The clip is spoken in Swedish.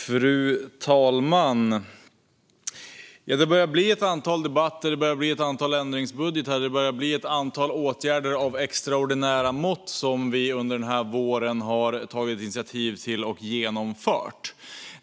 Fru talman! Det börjar bli ett antal debatter, ett antal ändringsbudgetar och ett antal åtgärder av extraordinära mått som vi under den här våren har tagit initiativ till och genomfört.